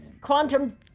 quantum